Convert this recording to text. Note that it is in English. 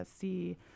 see